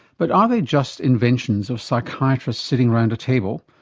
but are they just inventions of psychiatrists sitting around a table,